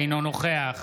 אינו נוכח